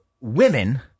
women